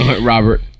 Robert